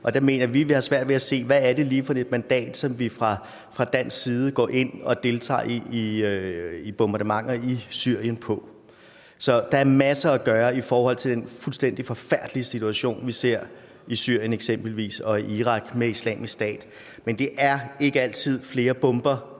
og der mener vi, at vi har svært ved at se, hvad det lige er for et mandat, som vi fra dansk side går ind og deltager i bombardementer i Syrien på. Så der er masser at gøre i forhold til den fuldstændig forfærdelige situation, vi ser i eksempelvis Syrien og Irak med Islamisk Stat, men det er ikke altid sådan, at flere bomber